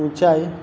ઊંચાઈ